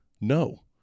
No